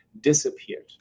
disappeared